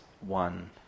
one